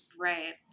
Right